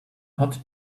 hot